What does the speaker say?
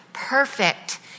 Perfect